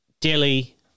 Delhi